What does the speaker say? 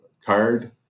card